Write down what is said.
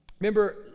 Remember